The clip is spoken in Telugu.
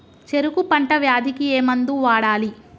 చెరుకు పంట వ్యాధి కి ఏ మందు వాడాలి?